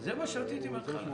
זה מה שרציתי לדעת.